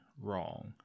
wrong